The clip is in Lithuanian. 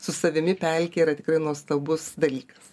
su savimi pelkėje yra tikrai nuostabus dalykas